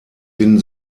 finden